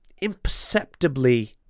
imperceptibly